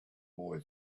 boy